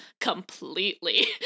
Completely